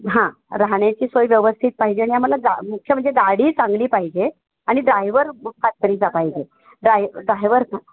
हां राहण्याची सोय व्यवस्थित पाहिजे आणि आम्हाला गा मुख्य म्हणजे गाडी चांगली पाहिजे आणि ड्रायवर खात्रीचा पाहिजे ड्राय डायवर